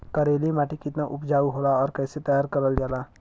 करेली माटी कितना उपजाऊ होला और कैसे तैयार करल जाला?